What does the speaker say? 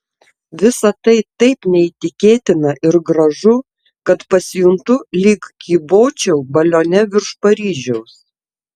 visa tai taip neįtikėtina ir gražu kad pasijuntu lyg kybočiau balione virš paryžiaus